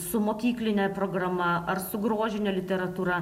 su mokykline programa ar su grožine literatūra